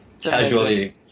casually